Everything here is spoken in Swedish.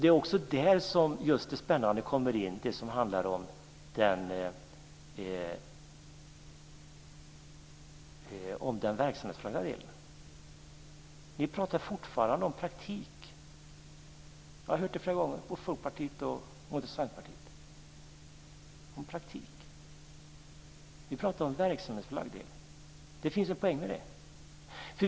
Det är också där som det spännande kommer in som handlar om den verksamhetsförlagda delen. Ni pratar fortfarande om praktik. Jag har hört det flera gånger. Det gäller både Folkpartiet och Centerpartiet. Vi pratar om en verksamhetsförlagd del. Det finns en poäng med det.